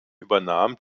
übernahm